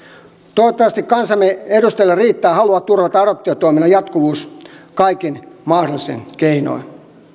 toivottavasti kansamme edustajilla riittää halua turvata adoptiotoiminnan jatkuvuus kaikin mahdollisin keinoin